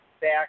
back